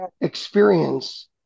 experience